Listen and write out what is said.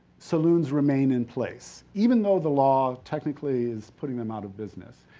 saloons remain in place. even though the law technically is putting them out of business.